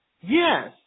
Yes